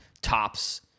tops